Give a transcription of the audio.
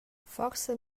forsa